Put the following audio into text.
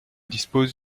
dispose